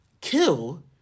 kill